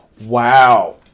Wow